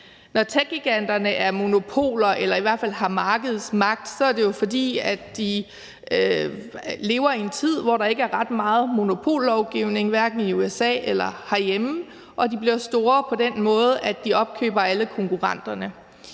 Når techgiganterne er monopoler eller i hvert fald har markedsmagt, er det jo, fordi de lever i en tid, hvor der ikke er ret meget monopollovgivning, hverken i USA eller herhjemme, og de bliver store på den måde, at de opkøber alle konkurrenterne